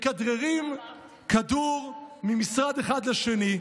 מכדררים כדור ממשרד אחד לשני,